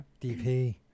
DP